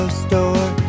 store